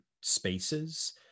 spaces